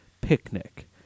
picnic